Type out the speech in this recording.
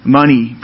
money